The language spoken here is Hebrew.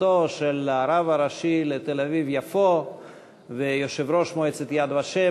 נוכחותו של הרב הראשי לתל-אביב יפו ויושב-ראש מועצת "יד ושם",